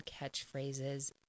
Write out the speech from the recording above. catchphrases